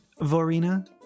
Vorina